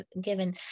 given